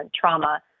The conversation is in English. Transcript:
trauma